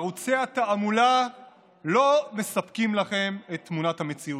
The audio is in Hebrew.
ערוצי התעמולה לא מספקים לכם את תמונת המציאות,